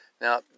Now